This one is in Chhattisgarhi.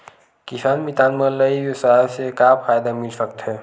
किसान मितान मन ला ई व्यवसाय से का फ़ायदा मिल सकथे?